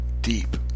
Deep